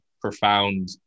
profound